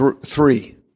three